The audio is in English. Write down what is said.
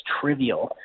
trivial